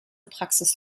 praxis